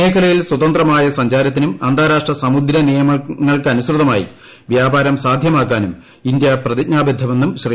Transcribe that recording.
മേഖലയിൽ സ്വതന്ത്രമായ സഞ്ചാരത്തിക്കും അന്താരാഷ്ട്ര സമുദ്രനിയമങ്ങൾക്കനുസൃതമായി വ്യാപാരം സാധ്യമാക്കാനും ഇന്ത്യ പ്രതിജ്ഞാബദ്ധമെന്നും ശ്രീ